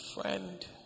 friend